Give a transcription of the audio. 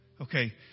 Okay